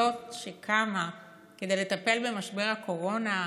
זאת שקמה כדי לטפל במשבר הקורונה,